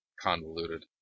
convoluted